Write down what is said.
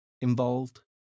involved